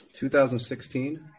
2016